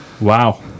Wow